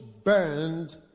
burned